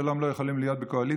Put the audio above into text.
השלום לא יכולים להיות בקואליציות.